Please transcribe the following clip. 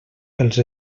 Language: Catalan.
pels